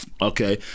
Okay